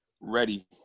ready